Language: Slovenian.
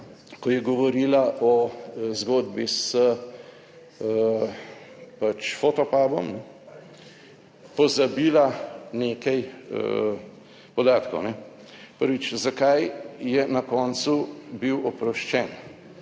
ko je govorila o zgodbi z pač Fotopubom pozabila nekaj podatkov. Prvič, zakaj je na koncu bil oproščen?